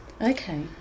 Okay